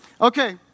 Okay